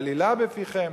עלילה בפיכם.